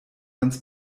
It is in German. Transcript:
ganz